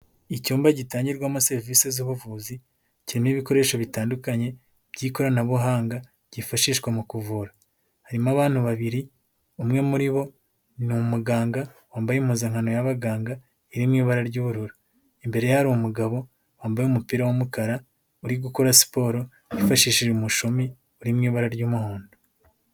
Icyumba gitangirwamo serivisi z'ubuvuzi, kirimo ibikoresho bitandukanye by'ikoranabuhanga, byifashishwa mu kuvura, harimo abantu babiri, umwe muri bo ni umuganga wambaye impuzankano y'abaganga iri mu ibara ry'ubururu, imbere ye hari umugabo wambaye umupira w'umukara, uri gukora siporo yifashishije umushumi, uri mu ibara ry'umuhondo.